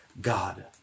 God